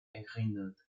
erinnert